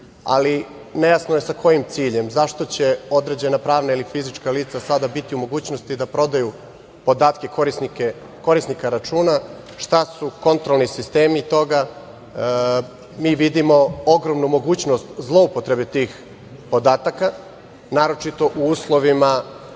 ali nejasno je sa kojim ciljem. Zašto će određena pravna ili fizička lica sada biti u mogućnosti da prodaju podatke korisnika računa, šta su kontrolni sistemi toga? Mi vidimo ogromnu mogućnost zloupotrebe tih podataka naročito u uslovima